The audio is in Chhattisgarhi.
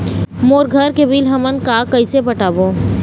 मोर घर के बिल हमन का कइसे पटाबो?